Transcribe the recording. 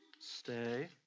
stay